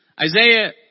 Isaiah